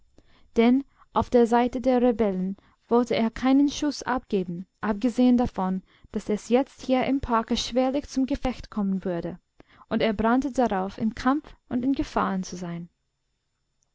denn auf der seite der rebellen wollte er keinen schuß abgeben abgesehen davon daß es jetzt hier im parke schwerlich zum gefecht kommen würde und er brannte darauf im kampf und in gefahren zu sein